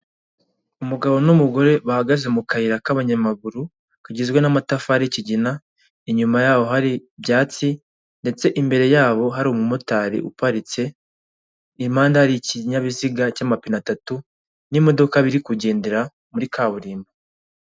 Umugabo n'umugore bahagaze mu kayira k'abanyamaguru kagizwe n'amatafari y'ikigina, inyuma yabo hari ibyatsi ndetse imbere yabo hari umumotari uparitse impande hari ikinyabiziga cy'amapine atatu n'imodoka biri kugendera muri kaburimbo.